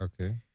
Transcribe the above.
Okay